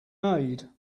made